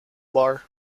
bar